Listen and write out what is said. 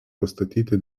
pastatyti